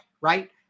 right